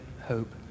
hope